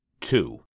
Two